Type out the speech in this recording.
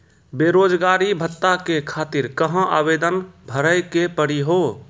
बेरोजगारी भत्ता के खातिर कहां आवेदन भरे के पड़ी हो?